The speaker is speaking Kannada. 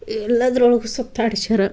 ಎಲ್ಲದ್ರೊಳಗೂ ಸುತ್ತಾಡ್ಸ್ಯಾರ